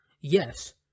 Yes